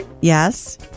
Yes